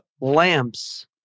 lamps